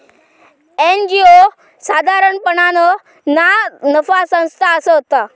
NGO साधारणपणान ना नफा संस्था असता